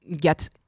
get